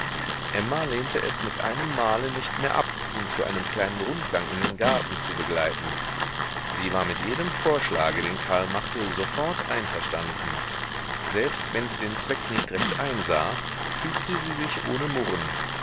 emma lehnte es mit einem male nicht mehr ab ihn zu einem kleinen rundgang in den garten zu begleiten sie war mit jedem vorschlage den karl machte sofort einverstanden selbst wenn sie den zweck nicht recht einsah fügte sie sich ohne murren